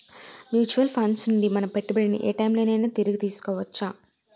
Mutual funds నుండి మన పెట్టుబడిని ఏ టైం లోనైనా తిరిగి తీసుకోవచ్చా?